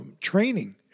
training